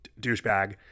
douchebag